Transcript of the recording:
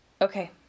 Okay